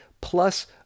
plus